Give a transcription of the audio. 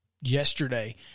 yesterday